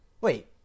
Wait